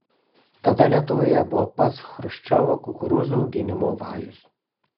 tada lietuvoje buvo pats chruščiovo kukurūzų auginimo vajus